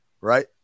Right